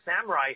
samurai